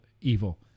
evil